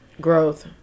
Growth